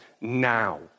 now